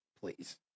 Please